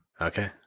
Okay